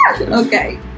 Okay